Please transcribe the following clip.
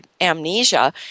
amnesia